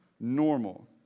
normal